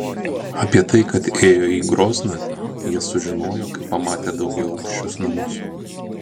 apie tai kad įėjo į grozną jie sužinojo kai pamatė daugiaaukščius namus